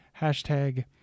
hashtag